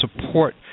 support